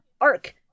arc